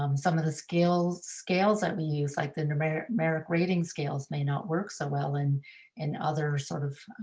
um some of the scales scales that we use, like the numeric numeric rating scales may not work so well and in other sort of